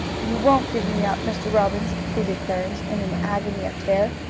you won't give me up, mr. robbins, pleaded burns, in an agony of terror.